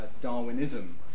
Darwinism